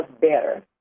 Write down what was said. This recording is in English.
better